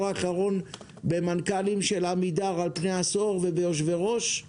האחרון למנכ"לים ויושבי ראש של עמידר?